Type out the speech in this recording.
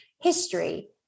history